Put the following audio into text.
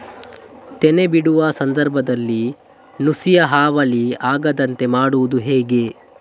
ತೆನೆ ಬಿಡುವ ಸಂದರ್ಭದಲ್ಲಿ ನುಸಿಯ ಹಾವಳಿ ಆಗದಂತೆ ಮಾಡುವುದು ಹೇಗೆ?